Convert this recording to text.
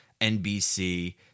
NBC